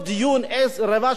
ברבע שעה דיון,